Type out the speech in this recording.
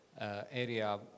area